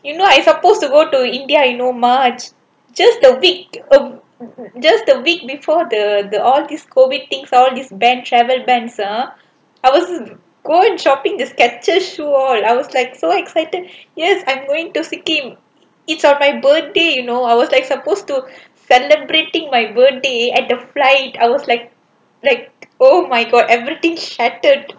you know I supposed to go to india you know march just a week a a just a week before the all this COVID thing all this ban travel ban ah I was going shopping to Skechers shoe all and I was like so excited yes I'm going to sikkim it's on my birthday you know I was like supposed to celebrating my birthday at the flight I was like like oh my god everything shattered